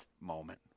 moment